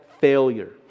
failure